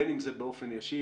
בין אם זה באופן ישיר,